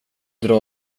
dra